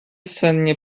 sennie